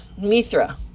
Mithra